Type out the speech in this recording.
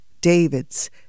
Davids